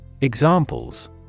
Examples